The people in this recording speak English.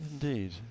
indeed